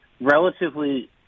relatively